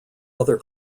other